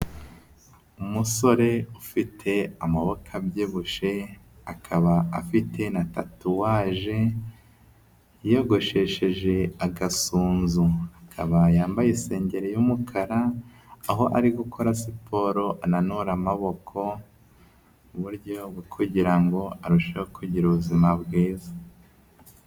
Umusore ufite amaboko abyibushye, akaba afite na tatuwaje, yiyogoshesheje agasunzu, akaba yambaye isengeri y'umukara, aho ari gukora siporo ananura amaboko mu buryo bwo kugira ngo arusheho kugira ubuzima bwiza.